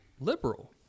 liberal